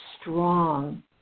strong